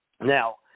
Now